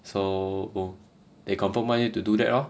so they comfirm want you to do that lor